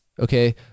okay